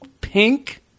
pink